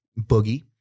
Boogie